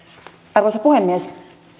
arvoisa puhemies